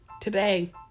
today